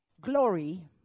glory